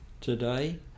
today